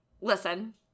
Listen